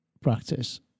practice